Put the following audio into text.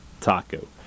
Taco